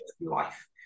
life